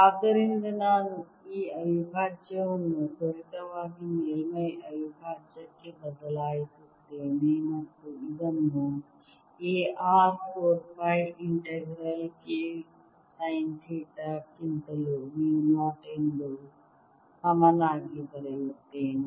ಆದ್ದರಿಂದ ನಾನು ಈ ಅವಿಭಾಜ್ಯವನ್ನು ತ್ವರಿತವಾಗಿ ಮೇಲ್ಮೈ ಅವಿಭಾಜ್ಯಕ್ಕೆ ಬದಲಾಯಿಸುತ್ತೇನೆ ಮತ್ತು ಇದನ್ನು A r 4 pi integral K sine theta ಕ್ಕಿಂತ ಮ್ಯೂ 0 ಎಂದು ಸಮನಾಗಿ ಬರೆಯುತ್ತೇನೆ